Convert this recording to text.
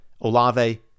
Olave